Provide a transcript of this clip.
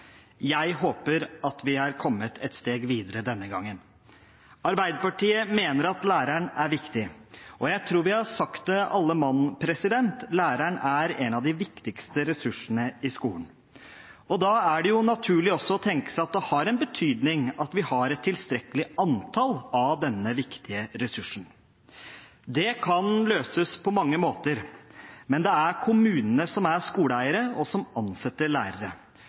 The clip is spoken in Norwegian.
Jeg håper at vi har kommet et steg videre denne gangen. Arbeiderpartiet mener at læreren er viktig, og jeg tror vi har sagt det, alle mann: Læreren er en av de viktigste ressursene i skolen. Da er det naturlig også å tenke at det har en betydning at vi har et tilstrekkelig antall av denne viktige ressursen. Det kan løses på mange måter, men det er kommunene som er skoleeiere, og som ansetter lærere.